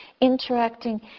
interacting